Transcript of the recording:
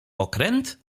okręt